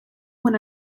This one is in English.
when